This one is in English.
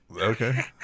Okay